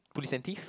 Police and Thief